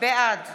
בעד